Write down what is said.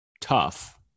tough